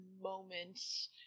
moments